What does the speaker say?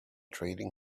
trading